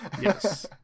Yes